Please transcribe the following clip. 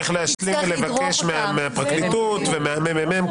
נצטרך להשלים ולבקש מהפרקליטות ומהממ"מ,